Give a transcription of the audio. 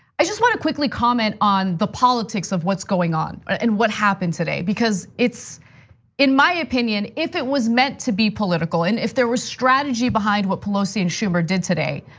i just wanna quickly comment on the politics of what's going on and what happened today. because, in my opinion, if it was meant to be political, and if there was strategy behind what pelosi and schumer did today,